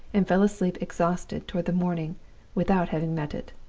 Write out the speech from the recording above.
and fell asleep exhausted toward the morning without having met it.